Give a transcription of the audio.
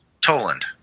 Toland